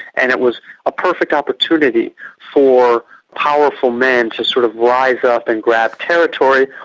and it was a perfect opportunity for powerful men to sort of rise up and grab territory,